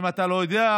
אם אתה לא יודע,